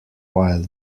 while